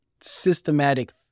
systematic